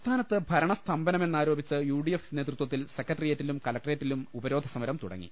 സംസ്ഥാനത്ത് ഭരണസ്തംഭനമെന്ന് ആരോപിച്ച് യു ഡി എഫ് നേതൃത്വത്തിൽ സെക്രട്ടറിയേറ്റിലും കലക്ട്രേറ്റുകളിലും ഉപരോധ സമരം തുടങ്ങി